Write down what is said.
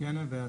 אוקיאניה ואסיה.